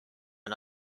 and